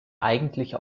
eigentliche